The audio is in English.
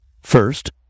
First